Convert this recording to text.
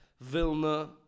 Vilna